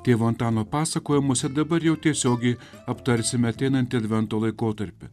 tėvo antano pasakojimuose dabar jau tiesiogiai aptarsime ateinantį advento laikotarpį